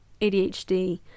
ADHD